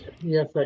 Yes